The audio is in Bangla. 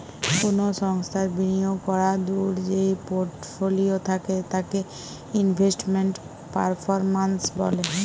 কোনো সংস্থার বিনিয়োগ করাদূঢ় যেই পোর্টফোলিও থাকে তাকে ইনভেস্টমেন্ট পারফরম্যান্স বলে